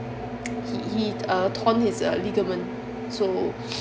he he uh torn his uh ligament so